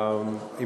תודה,